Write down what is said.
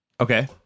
Okay